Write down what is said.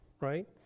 right